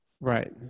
Right